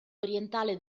orientale